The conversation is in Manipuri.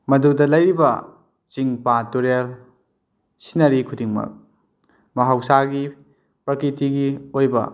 ꯃꯗꯨꯗ ꯂꯩꯔꯤꯕ ꯆꯤꯡ ꯄꯥꯠ ꯇꯨꯔꯦꯜ ꯁꯤꯅꯔꯤ ꯈꯨꯗꯤꯡꯃꯛ ꯃꯍꯧꯁꯥꯒꯤ ꯄꯔꯀꯤꯇꯤꯒꯤ ꯑꯣꯏꯕ